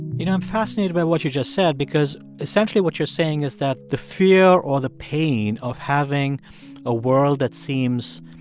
you know, i'm fascinated by what you just said because essentially, what you're saying is that the fear or the pain of having a world that seems,